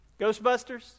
Ghostbusters